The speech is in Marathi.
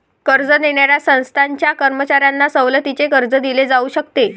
कर्ज देणाऱ्या संस्थांच्या कर्मचाऱ्यांना सवलतीचे कर्ज दिले जाऊ शकते